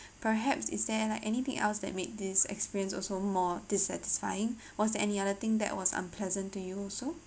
perhaps is there and like anything else that made this experience also more dissatisfying was any other thing that was unpleasant to you also